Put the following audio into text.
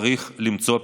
צריך למצוא פתרון.